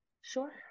Sure